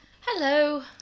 Hello